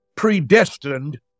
predestined